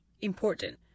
important